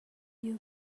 you